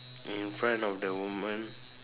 in front of the woman